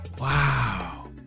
Wow